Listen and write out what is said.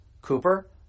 Cooper